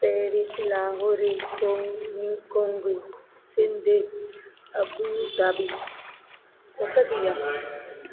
Paris Lahore ईकॉंग न्यूकॉंग Sindh Abu Dhabi सत थी विया